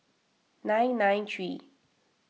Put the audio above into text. nine nine three